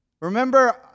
Remember